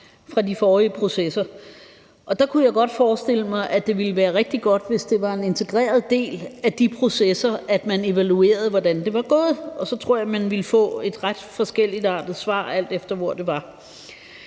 fra de forrige processer, og der kunne jeg godt forestille mig, at det ville være rigtig godt, hvis det var en integreret del af de processer, at man evaluerede, hvordan det var gået. Så tror jeg, at man ville få ret forskelligartede svar, alt efter hvor det var.